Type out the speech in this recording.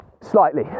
slightly